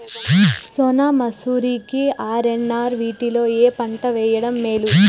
సోనా మాషురి కి ఆర్.ఎన్.ఆర్ వీటిలో ఏ పంట వెయ్యడం మేలు?